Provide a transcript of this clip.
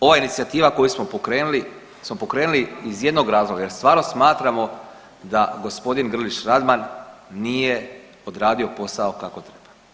Ova inicijativa koju smo pokrenuli, smo pokrenuli iz jednog razloga jer stvarno smatramo da gospodin Grlić Radman nije odradio posao kako treba.